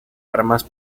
armas